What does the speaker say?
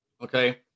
okay